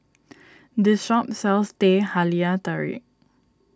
this shop sells Teh Halia Tarik